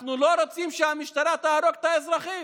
אנחנו לא רוצים שהמשטרה תהרוג את האזרחים.